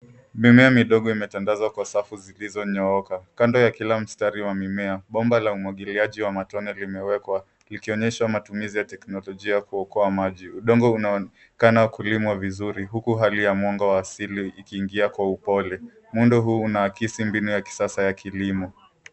Mimea midogo imetendazwa kwa safu zilizonyooka. Kando ya kila mstari wamimea, bomba la umwagiliaji wa matone limewekwa likionyesha matumizi ya teknolojia kuokoa maji. Udongo unaonekana kulimwa vizuri huku hali ya amwanga asili ikiingia kwa upole. Muundo huu unaakisi mbinu ya kisasa ya kilimo.